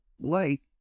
light